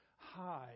High